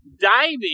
diving